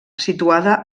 situada